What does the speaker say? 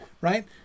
right